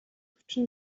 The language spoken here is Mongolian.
өвчин